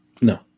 No